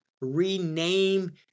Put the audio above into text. rename